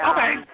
Okay